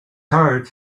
heart